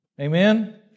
Amen